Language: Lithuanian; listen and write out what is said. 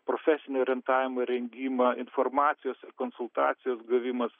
profesinio orientavimo rengimą informacijos ir konsultacijos gavimas